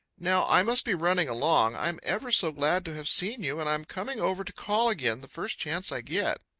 now i must be running along. i'm ever so glad to have seen you, and i'm coming over to call again the first chance i get.